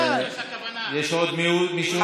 יש עוד מישהו?